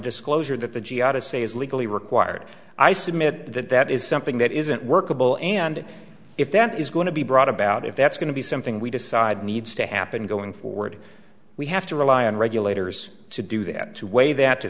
is legally required i submit that that is something that isn't workable and if that is going to be brought about if that's going to be something we decide needs to happen going forward we have to rely on regulators to do that to weigh that to